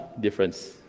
difference